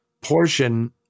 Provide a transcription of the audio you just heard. portion